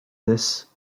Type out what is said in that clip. this